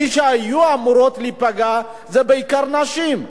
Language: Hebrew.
ומי שהיו אמורות להיפגע זה בעיקר נשים,